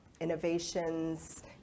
innovations